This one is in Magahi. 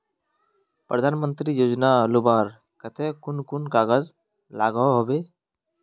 प्रधानमंत्री योजना लुबार केते कुन कुन कागज लागोहो होबे?